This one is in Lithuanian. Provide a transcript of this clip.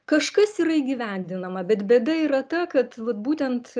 kažkas yra įgyvendinama bet bėda yra ta kad vat būtent